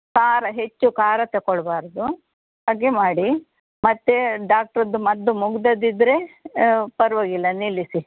ಖಾರ ಹೆಚ್ಚು ಖಾರ ತೆಕೊಳ್ಬಾರದು ಹಾಗೆ ಮಾಡಿ ಮತ್ತೆ ಡಾಕ್ಟ್ರದು ಮದ್ದು ಮುಗ್ದದ್ ಇದ್ರೆ ಪರ್ವಾಗಿಲ್ಲ ನಿಲ್ಲಿಸಿ